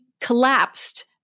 collapsed